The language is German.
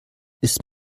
ist